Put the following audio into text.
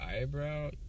eyebrow